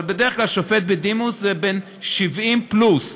אבל בדרך כלל שופט בדימוס הוא בן 70 פלוס,